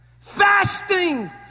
Fasting